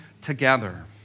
together